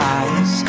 eyes